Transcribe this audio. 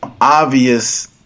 obvious